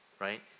right